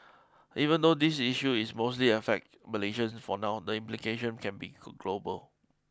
even though this issue is mostly affect Malaysians for now the implication can be global